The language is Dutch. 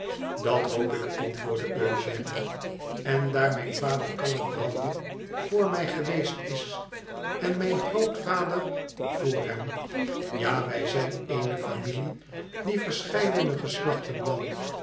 dat hoop ik antwoordde engène en daar mijn vader kalkbrander vr mij gewesst is en mijn grootvader vr hem ja wij zijn eene familie die verscheidene geslachten lang